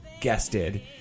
guested